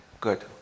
good